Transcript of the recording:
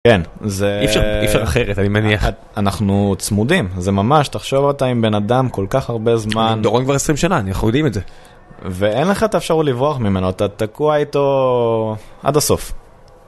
כן, אי אפשר אחרת, אני מניח, אנחנו צמודים, זה ממש, תחשוב אותה עם בן אדם כל כך הרבה זמן, דורון כבר 20 שנה, אני יודעים את זה. ואין לך את האפשרות לברוח ממנו, אתה תקוע איתו עד הסוף.